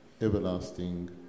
everlasting